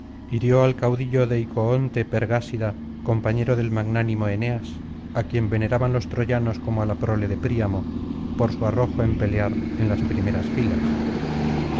hirió al caudillo deicoonte pergásida compañero del magnánimo eneas á quien veneraban los troyanos como á la prole de príamo por su arrojo en pelear en las primeras filas